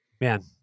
Man